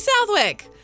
Southwick